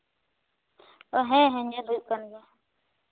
ᱦᱮᱸ ᱦᱮᱸ ᱧᱮᱞ ᱦᱩᱭᱩᱜ ᱠᱟᱱ ᱜᱮᱭᱟ